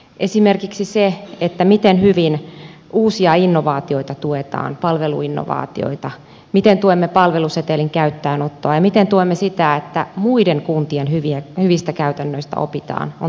esimerkiksi se miten hyvin uusia palveluinnovaatioita tuetaan miten tuemme palvelusetelin käyttöönottoa ja miten tuemme sitä että muiden kuntien hyvistä käytännöistä opitaan on tärkeä asia